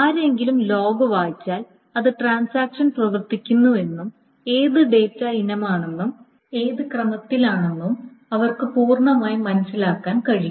ആരെങ്കിലും ലോഗ് വായിച്ചാൽ ഏത് ട്രാൻസാക്ഷൻ പ്രവർത്തിക്കുന്നുവെന്നും ഏത് ഡാറ്റ ഇനമാണെന്നും ഏത് ക്രമത്തിലാണെന്നും അവർക്ക് പൂർണ്ണമായി മനസ്സിലാക്കാൻ കഴിയും